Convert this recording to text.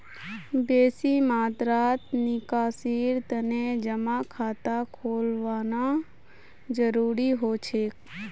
बेसी मात्रात निकासीर तने जमा खाता खोलवाना जरूरी हो छेक